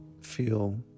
feel